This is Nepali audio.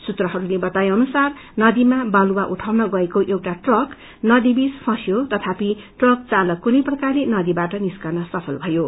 सूत्रहरूले बताए अनुसार नदीमा बालुवा उठाउन गएको एउट ट्रक नदी बीच फस्यो तथापि ट्रक चालक कुनै प्रकारले नदीबाट निस्कन सक्यो